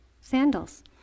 sandals